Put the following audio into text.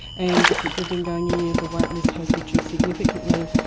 and since we've been going here the waitlist has reduced significantly.